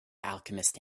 alchemist